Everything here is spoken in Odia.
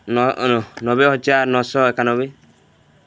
ନ ନବେହଜାର ନଅଶହ ଏକାନବେ